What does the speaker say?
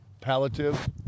palliative